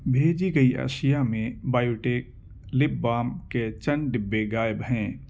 بھیجی گئی اشیا میں بایوٹیک لپ بام کے چند ڈبے غائب ہیں